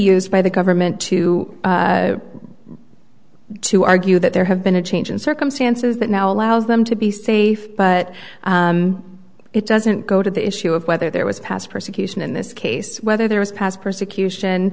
used by the government to to argue that there have been a change in circumstances that now allows them to be safe but it doesn't go to the issue of whether there was past persecution in this case whether there was past persecution